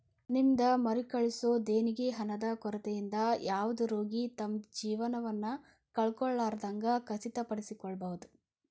ನಿಮ್ದ್ ಮರುಕಳಿಸೊ ದೇಣಿಗಿ ಹಣದ ಕೊರತಿಯಿಂದ ಯಾವುದ ರೋಗಿ ತಮ್ದ್ ಜೇವನವನ್ನ ಕಳ್ಕೊಲಾರ್ದಂಗ್ ಖಚಿತಪಡಿಸಿಕೊಳ್ಬಹುದ್